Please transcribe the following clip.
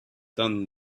than